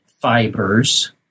fibers